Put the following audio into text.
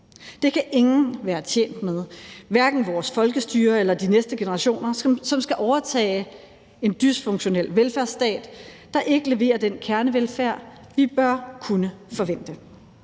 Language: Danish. Det kan ingen være tjent med, hverken vores folkestyre eller de næste generationer, som skal overtage en dysfunktionel velfærdsstat, der ikke leverer den kernevelfærd, vi bør kunne forvente.